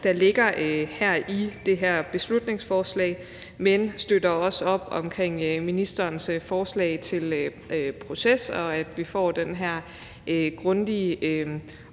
der ligger i det her beslutningsforslag, men støtter også op om ministerens forslag til proces og om, at vi får den her grundige